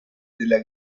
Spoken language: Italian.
della